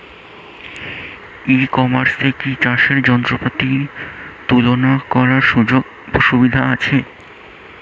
ই কমার্সে কি চাষের যন্ত্রপাতি তুলনা করার সুযোগ সুবিধা আছে?